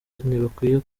ntibakwiye